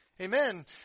Amen